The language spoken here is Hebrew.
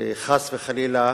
וחס וחלילה